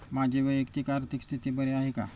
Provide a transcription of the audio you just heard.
माझी वैयक्तिक आर्थिक स्थिती बरी आहे का?